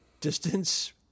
distance